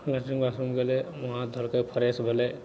latrine bathroom गेलय मुँह हाथ धोलकय फ्रेश भेलै